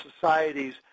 societies